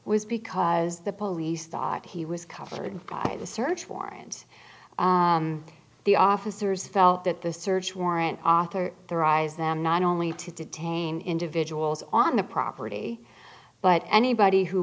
was because the police thought he was covered by the search warrant the officers felt that the search warrant author their eyes them not only to detain individuals on the property but anybody who